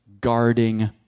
Guarding